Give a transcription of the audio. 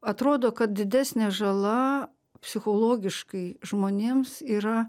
atrodo kad didesnė žala psichologiškai žmonėms yra